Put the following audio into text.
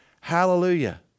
Hallelujah